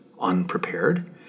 unprepared